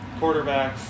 quarterbacks